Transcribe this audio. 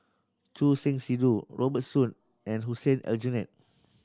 Choor Singh Sidhu Robert Soon and Hussein Aljunied